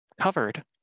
covered